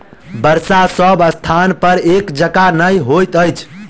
वर्षा सभ स्थानपर एक जकाँ नहि होइत अछि